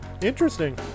Interesting